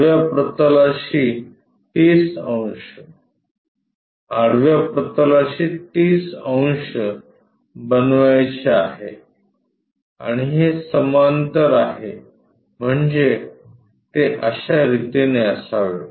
आडव्या प्रतलाशी 30 अंश आडव्या प्रतलाशी 30 अंश बनवायचे आहे आणि हे समांतर आहे म्हणजे ते अश्या रितीने असावे